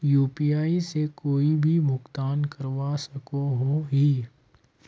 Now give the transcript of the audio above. UPI से कोई भी भुगतान करवा सकोहो ही?